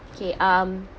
okay um